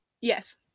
yes